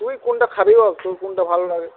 তুই কোনটা খাবি বল তোর কোনটা ভালো লাগে